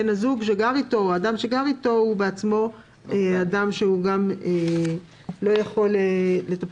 הזוג שגר איתו או האדם שגר איתו הוא בעצמו אדם שלא יכול לטפל,